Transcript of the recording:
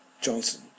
Johnson